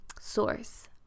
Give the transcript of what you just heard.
source